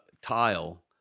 tile